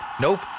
Nope